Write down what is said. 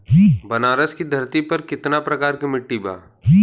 बनारस की धरती पर कितना प्रकार के मिट्टी बा?